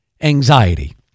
anxiety